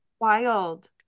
Wild